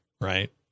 right